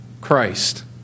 Christ